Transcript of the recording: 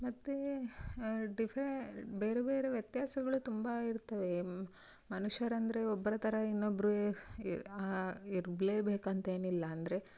ಮತ್ತು ಡಿಫೆರ್ ಬೇರೆ ಬೇರೆ ವ್ಯತ್ಯಾಸಗಳು ತುಂಬಾ ಇರ್ತವೆ ಮನುಷ್ಯರಂದರೆ ಒಬ್ಬರ ಥರ ಇನ್ನೊಬ್ಬರು ಇರ್ಬೇ ಬೇಕಂತೇನಿಲ್ಲ ಅಂದರೆ